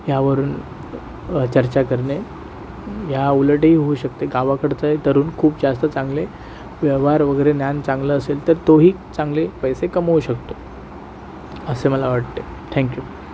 ह्यावरुन चर्चा करणे ह्या उलटही होऊ शकते गावाकडचाही तरूण खूप जास्त चांगले व्यवहार वगैरे ज्ञान चांगलं असेल तर तो ही चांगले पैसे कमवू शकतो असे मला वाटते थँक्यू